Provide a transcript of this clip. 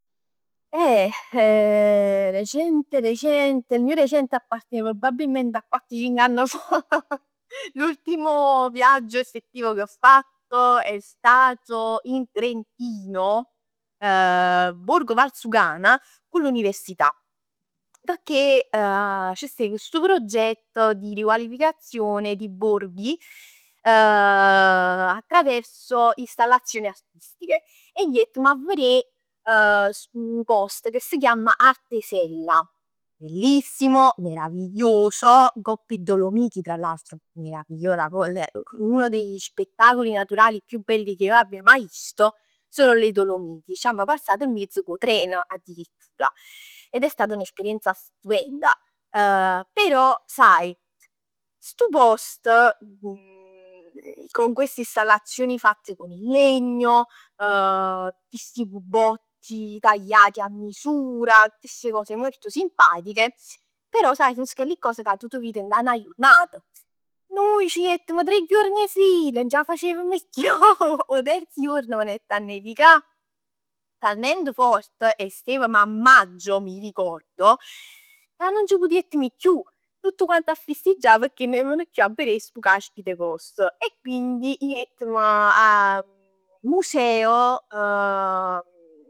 Eh recente recente, il mio recente appartiene probabilmente a quatt cinc ann fa. L'ultimo viaggio effettivo che ho fatto è stato in Trentino, Borgo Valsugana, con l'università. Pecchè c'stev stu proggetto di riqualificazione di borghi attraverso installazioni artistiche e jettm 'a verè stu post che si chiamm Arte Sella. Bellissimo, meraviglioso, ngopp 'e Dolomiti, che. Uno degli spettacoli naturali più belli che io abbia mai visto, sono le Dolomiti. C'amma passat miezz cu 'o tren addirittura ed è stata un'esperienza stupenda. Però sai, stu post, con queste istallazioni fatte con il legno, cu sti cubetti tagliati a misura, tutte queste cose molto simpatiche. Però sai so chelli cos ca tu t' vir dint 'a 'na jurnat. Nuje c'jettm tre juorn 'e fil, nun c''a facevm chiù. 'O terz juorn venett a nevicà talmente fort e stevm a Maggio mi ricordo, ca nun c' putettm ji chiù. Tutt quant a festeggià pecchè nun jevm chiù a verè stu cazz e post. E quindi jettm a museo.